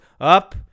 up